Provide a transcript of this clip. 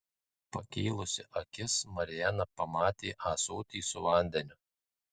pakėlusi akis mariana pamatė ąsotį su vandeniu